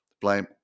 blame